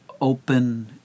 open